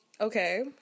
okay